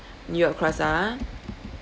new york crust ah